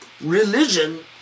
religion